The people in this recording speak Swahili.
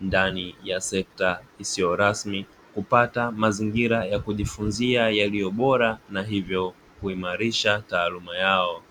ndani ya sekta isiyo rasmi kupata mazingira ya kujifunza yaliyo bora na hivyo kuimarisha taaluma yao.